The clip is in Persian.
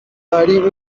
داریم